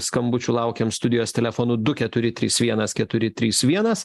skambučių laukiam studijos telefonu du keturi trys vienas keturi trys vienas